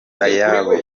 ayabo